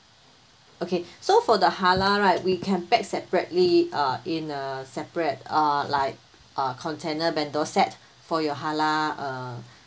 okay so for the halal right we can pack separately uh in a separate uh like uh container bento set for your halal uh